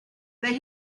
they